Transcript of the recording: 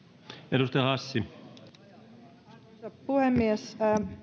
arvoisa puhemies